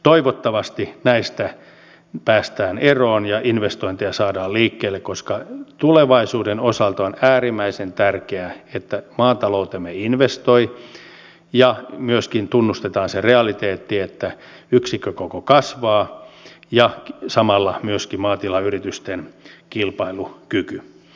toivottavasti näistä päästään eroon ja investointeja saadaan liikkeelle koska tulevaisuuden osalta on äärimmäisen tärkeää että maataloutemme investoi ja että myöskin tunnustetaan se realiteetti että yksikkökoko kasvaa ja samalla myöskin maatilayritysten kilpailukyky